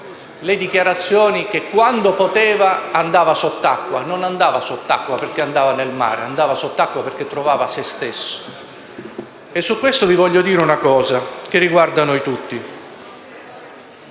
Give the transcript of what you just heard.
affermava che quando poteva andava sott'acqua non perché andava nel mare, ma andava sott'acqua perché trovava se stesso. Su questo vi voglio dire una cosa, che riguarda noi tutti.